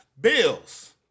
Bills